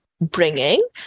bringing